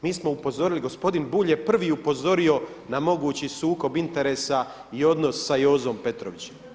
Mi smo upozorili, gospodin Bulj je prvi upozorio na mogući sukob interesa i odnos sa Jozom Petrovićem.